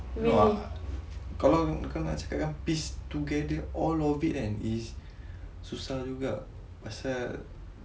no ah kalau nak cakapkan piece together all of it kan is susah juga pasal